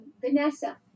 Vanessa